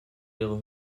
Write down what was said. leere